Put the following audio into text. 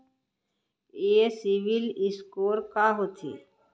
ये सिबील स्कोर का होथे?